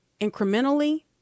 incrementally